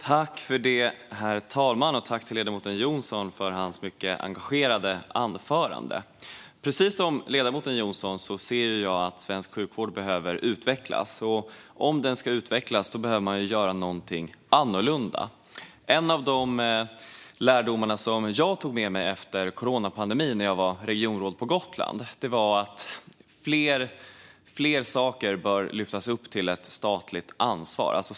Herr talman! Jag tackar ledamoten Jonsson för hans mycket engagerade anförande. Precis som ledamoten Jonsson ser jag att svensk sjukvård behöver utvecklas, och om den ska utvecklas behöver man göra någonting annorlunda. En av de lärdomar som jag tog med mig efter coronapandemin när jag var regionråd på Gotland var att fler saker bör lyftas upp till ett statligt ansvar.